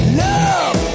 love